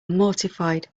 mortified